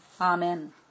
Amen